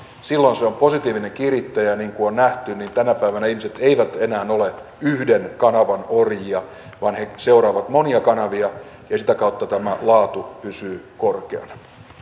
silloin se on positiivinen kirittäjä niin kuin on nähty tänä päivänä ihmiset eivät enää ole yhden kanavan orjia vaan he seuraavat monia kanavia ja sitä kautta tämä laatu pysyy korkeana